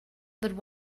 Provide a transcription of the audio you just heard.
that